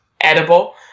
edible